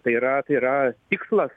tai yra tai yra tikslas